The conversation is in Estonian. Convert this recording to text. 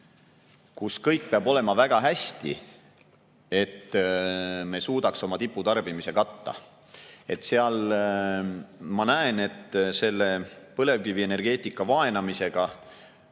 kus kõik peab olema väga hästi, et me suudaks oma tiputarbimise katta. Ma näen, et põlevkivienergeetika vaenamisega